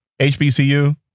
HBCU